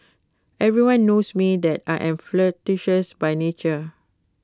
everyone knows me that I am flirtatious by nature